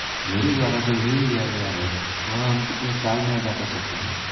मेरे द्वारा जो ऋण लिया गया है वह हम कितने साल में अदा कर सकते हैं?